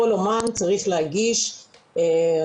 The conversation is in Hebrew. כל אומן צריך להגיש אסמכתאות,